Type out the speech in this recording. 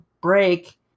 break